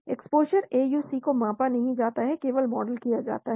exposure AUC को मापा नहीं जाता है केवल मॉडल किया जाता है